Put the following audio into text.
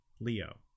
Leo